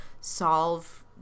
solve